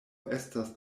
estas